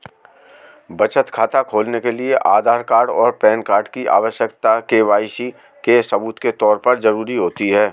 बचत खाता खोलने के लिए आधार कार्ड और पैन कार्ड की आवश्यकता के.वाई.सी के सबूत के तौर पर ज़रूरी होती है